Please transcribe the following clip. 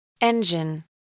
Engine